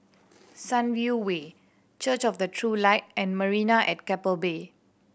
Sunview Way Church of the True Light and Marina at Keppel Bay